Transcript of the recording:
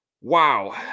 Wow